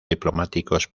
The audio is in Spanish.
diplomáticos